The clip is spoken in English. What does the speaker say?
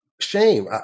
Shame